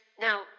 now